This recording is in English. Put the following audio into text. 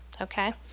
okay